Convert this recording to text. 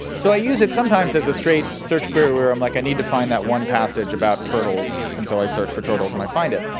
so, i use it sometimes as a straight search query where i'm like, i need to find that one passage about turtles. and so, i search for turtles and i find it.